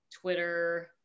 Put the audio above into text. Twitter